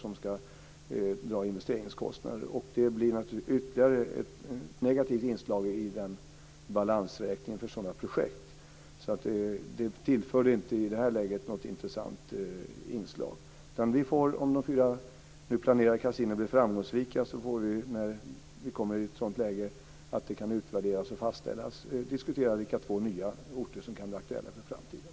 Det är naturligtvis ett ytterligare negativt inslag i balansräkningen för sådana projekt. Det tillförde i det läget inte något intressant inslag. Om vi kommer i ett läge att det går att utvärdera och fastställa att de fyra planerade kasinona blir framgångsrika får vi diskutera vilka två nya orter som kan bli aktuella för framtiden.